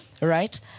right